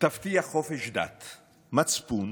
תבטיח חופש דת, מצפון,